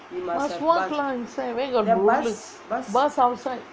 must walk lah inside bus outside